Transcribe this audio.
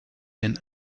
been